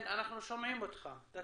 לי